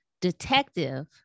detective